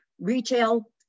retail